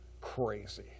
crazy